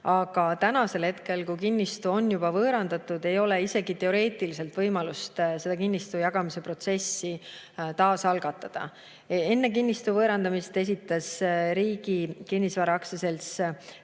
Aga täna, kui kinnistu on juba võõrandatud, ei ole isegi teoreetilist võimalust seda kinnistu jagamise protsessi taas algatada. Enne kinnistu võõrandamist esitas Riigi Kinnisvara Aktsiaselts